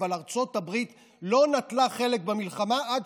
אבל ארצות הברית לא נטלה חלק במלחמה עד